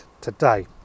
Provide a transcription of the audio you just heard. today